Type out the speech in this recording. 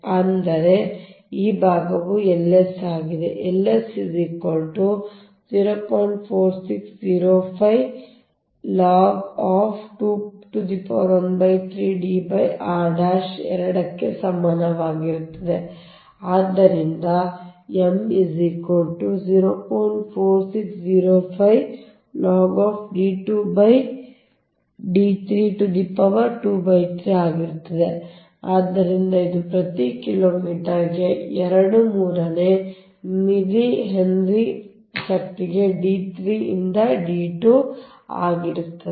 ಅಂದರೆ ಈ ಭಾಗವು Ls ಆಗಿದೆ Ls 2ಗೆ ಸಮನಾಗಿರುತ್ತದೆ ಆದ್ದರಿಂದ M ಆಗಿರುತ್ತದೆ ಆದ್ದರಿಂದ ಇದು ಪ್ರತಿ ಕಿಲೋಮೀಟರ್ಗೆ ಎರಡು ಮೂರನೇ ಮಿಲಿಹೆನ್ರಿ ಶಕ್ತಿಗೆ d3 ರಿಂದ d2 ಆಗಿರುತ್ತದೆ